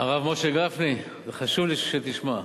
הרב משה גפני, חשוב לי שתשמע.